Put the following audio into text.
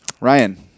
ryan